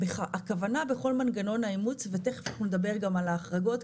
הכוונה בכל מנגנון האימוץ ומיד נדבר גם על ההחרגות,